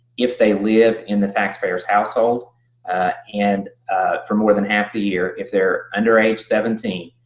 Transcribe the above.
if they live in the taxpayer's household and for more than half the year, if they're under age seventeen,